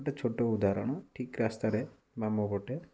ଗୋଟେ ଛୋଟ ଉଦାହରଣ ଠିକ୍ ରାସ୍ତାରେ ବାମ ପଟେ